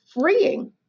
freeing